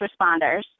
responders